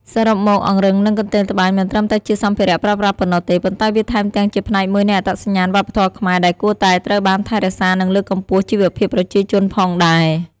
សរុបមក អង្រឹងនិងកន្ទេលត្បាញមិនត្រឹមតែជាសម្ភារៈប្រើប្រាស់ប៉ុណ្ណោះទេ ប៉ុន្តែវាថែមទាំងជាផ្នែកមួយនៃអត្តសញ្ញាណវប្បធម៌ខ្មែរដែលគួរតែត្រូវបានថែរក្សា និងលើកកម្ពស់ជីវភាពប្រជាជនផងដែរ។